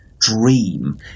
dream